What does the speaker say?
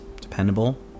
dependable